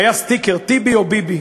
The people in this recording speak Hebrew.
היה סטיקר "טיבי או ביבי".